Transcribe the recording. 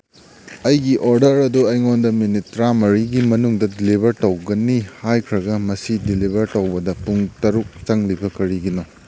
ꯑꯩꯒꯤ ꯑꯣꯗꯔ ꯑꯗꯨ ꯑꯩꯉꯣꯟꯗ ꯃꯤꯅꯤꯠ ꯇ꯭ꯔꯥꯃꯔꯤꯒꯤ ꯃꯅꯨꯡꯗ ꯗꯤꯂꯤꯚꯔ ꯇꯧꯒꯅꯤ ꯍꯥꯏꯈ꯭ꯔꯒ ꯃꯁꯤ ꯗꯤꯂꯤꯚꯔ ꯇꯧꯕꯗ ꯄꯨꯡ ꯇꯔꯨꯛ ꯆꯪꯂꯤꯕ ꯀꯔꯤꯒꯤꯅꯣ